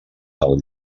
del